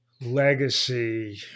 legacy